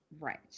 Right